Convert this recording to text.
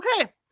Okay